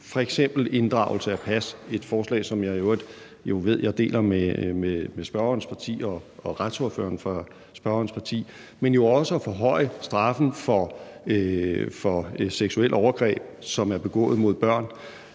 inddragelse af pas – et forslag, som jeg i øvrigt ved jeg deler med spørgerens parti og retsordføreren for spørgerens parti – men jo også at forhøje straffen for seksuelle overgreb, som er begået mod børn,